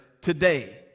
today